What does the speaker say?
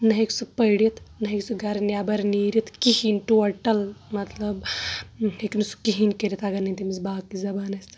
نہٕ ہیٚکہِ سُہ پٔرِتھ نٔہ ہیٚکہِ سُہ گرِ نیٚبر نیٖرِتھ کہیٖنۍ ٹوٹل مطلب ہیٚکہِ نہٕ سہُ کہیٖنۍ کٔرِتھ اگر نہٕ تٔمِس باقےٕ زبانہٕ آسَن